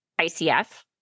ICF